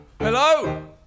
Hello